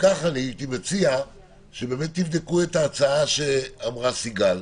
אני מציע שתבדקו את ההצעה שאמרה סיגל.